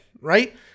right